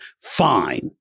fine